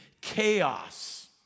chaos